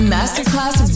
Masterclass